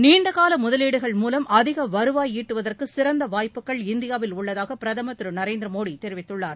நீண்டகால முதலீடுகள் மூலம் அதிக வருவாய் ஈட்டுவதற்கு சிறந்த வாய்ப்புகள் இந்தியாவில் உள்ளதாக பிரதமர் திரு நரேந்திரமோடி தெரிவித்துள்ளார்